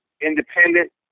independent